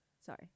Sorry